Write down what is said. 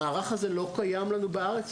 המערך הזה לא קיים לנו בארץ.